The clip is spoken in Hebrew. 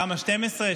כמה, 12,